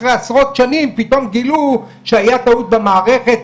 אחרי עשרות שנים פתאום גילו שהייתה טעות במערכת,